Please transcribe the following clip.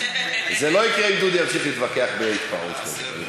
זה לא יקרה אם דודי ימשיך להתווכח בהתפרעות כזאת.